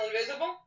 invisible